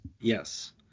yes